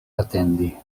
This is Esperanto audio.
atendi